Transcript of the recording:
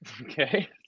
Okay